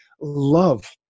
love